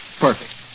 Perfect